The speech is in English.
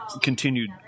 continued